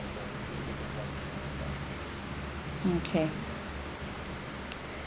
okay